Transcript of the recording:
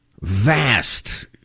vast